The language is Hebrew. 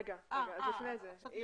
לפני כן אני